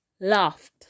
laughed